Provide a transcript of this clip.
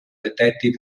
detective